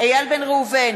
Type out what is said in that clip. איל בן ראובן,